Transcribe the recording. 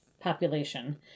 population